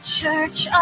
Church